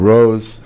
Rose